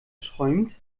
schäumt